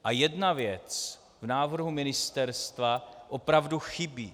A jedna věc v návrhu Ministerstva opravdu chybí.